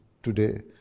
Today